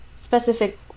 specific